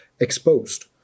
exposed